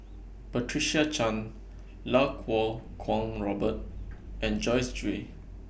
Patricia Chan Lau Kuo Kwong Robert and Joyce Jue